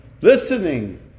listening